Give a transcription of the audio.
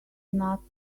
nuts